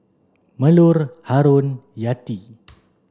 Melur Haron Yati